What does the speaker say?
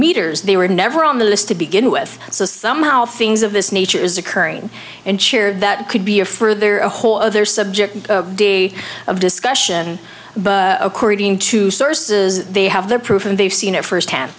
meters they were never on the list to begin with so somehow things of this nature is occurring and shared that could be a further a whole other subject of discussion but according to sources they have their proof and they've seen it firsthand